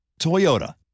Toyota